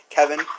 Kevin